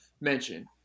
mention